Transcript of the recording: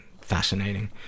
fascinating